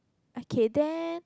okay then